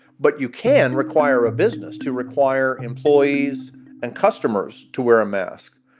but you can require a business to require employees and customers to wear a mask.